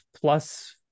plus